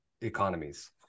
economies